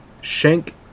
Shank